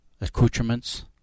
accoutrements